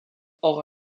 hors